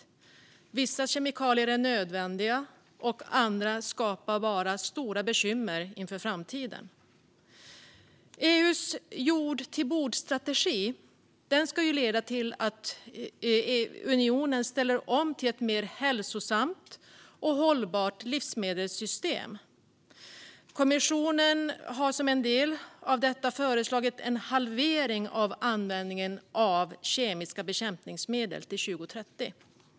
Vissa är nödvändiga; andra skapar bara stora bekymmer inför framtiden. EU:s jord till bord-strategi ska leda till att unionen ställer om till ett mer hälsosamt och hållbart livsmedelssystem. Kommissionen har som en del av detta föreslagit en halvering av användningen av kemiska bekämpningsmedel till 2030.